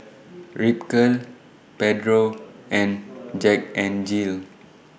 Ripcurl Pedro and Jack N Jill